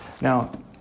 Now